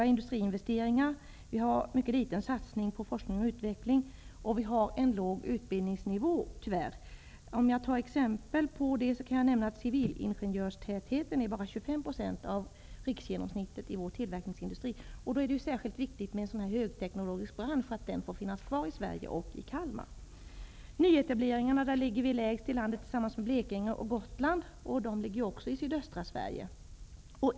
Industriinvesteringarna är mycket låga. Det satsas mycket litet på forskning och utveckling. Dessutom är utbildningsnivån tyvärr mycket låg. Som exempel kan nämnas att civilingenjörstätheten när det gäller tillverkningsindustrin bara är 25 % av riksgenomsnittet. Därför är det särskilt viktigt att en så här högteknologisk bransch får finnas kvar i Sverige och i Kalmar. Beträffande nyetableringar ligger Kalmar län tillsammans med Blekinge och Gotland lägst i landet. Blekinge och Gotland finns ju också i sydöstra Sverige.